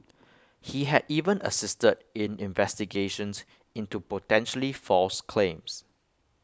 he had even assisted in investigations into potentially false claims